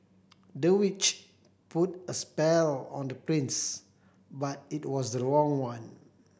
the witch put a spell on the prince but it was the wrong one